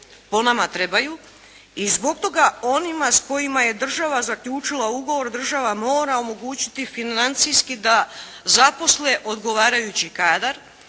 Po nama trebaju, i zbog toga onima s kojima je država zaključila ugovor država mora omogućiti financijski da zaposle odgovarajući kadar,